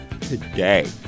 today